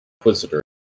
Inquisitor